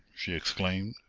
she exclaimed,